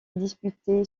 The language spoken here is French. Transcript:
disputé